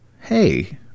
Hey